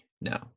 No